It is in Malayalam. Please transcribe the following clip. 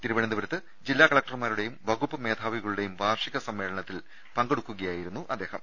തിരുവനന്തപുരത്ത് ജില്ലാകലക്ടർമാരുടെയും വകുപ്പ് മേധാ വികളുടെയും വാർഷിക സമ്മേളനത്തിൽ പങ്കെടുക്കുകയായിരുന്നു അദ്ദേഹം